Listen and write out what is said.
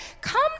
come